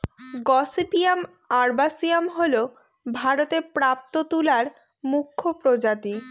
gossypium arboreum হল ভারতে প্রাপ্ত তুলার মুখ্য প্রজাতি